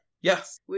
Yes